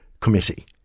committee